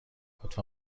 لطفا